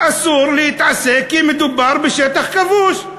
אסור להתעסק, כי מדובר בשטח כבוש.